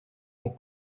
more